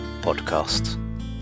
Podcast